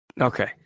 Okay